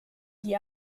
die